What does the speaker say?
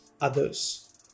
others